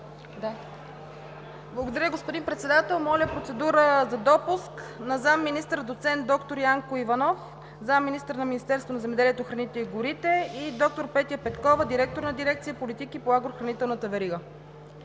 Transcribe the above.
Благодаря, господин Председател. Моля, процедура за допуск на доцент доктор Янко Иванов – заместник-министър в Министерството на земеделието, храните и горите, и доктор Петя Петкова – директор на дирекция „Политики по агрохранителната верига“.